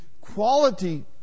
quality